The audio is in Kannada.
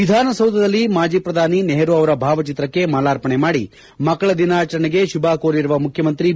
ವಿಧಾನಸೌಧದಲ್ಲಿ ಮಾಜಿ ಪ್ರಧಾನಿ ನೆಹರೂ ಅವರ ಭಾವಚಿತ್ರಕ್ಕೆ ಮಾಲಾರ್ಪಣೆ ಮಾಡಿ ಮಕ್ಕಳ ದಿನಾಚರಣೆಗೆ ಶುಭ ಕೋರಿರುವ ಮುಖ್ಯಮಂತ್ರಿ ಬಿ